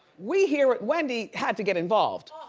we hear wendy had to get involved.